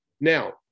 Now